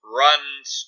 runs